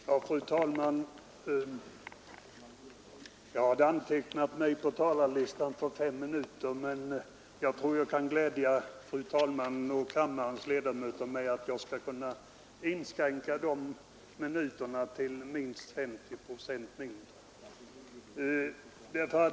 Fru talman! Jag hade antecknat mig på talarlistan för fem minuter, men jag tror att jag kan glädja fru talmannen och kammarens ledamöter med att jag skall kunna inskränka de minuterna med minst 50 procent.